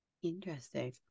interesting